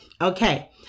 Okay